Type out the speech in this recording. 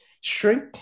Shrink